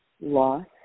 loss